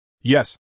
Yes